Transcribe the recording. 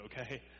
okay